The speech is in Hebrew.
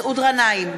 מסעוד גנאים,